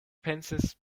pensis